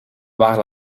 waar